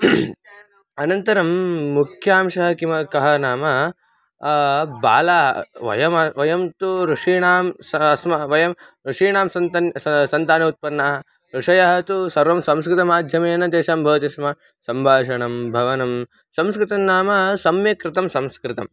अनन्तरं मुख्यांशः किम् कः नाम बालाः वयं वयं तु ऋषीणां सा अस्मत् वयं ऋषीणां सन्तानं सा सन्तनोत्पन्नः ऋषयः तु सर्वं संस्कृतमाध्यमेन तेषां भवति स्म सम्भाषणं भवनं संस्कृतं नाम सम्यक् कृतं संस्कृतं